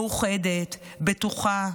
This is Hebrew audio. מאוחדת, בטוחה.